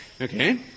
Okay